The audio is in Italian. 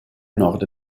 nord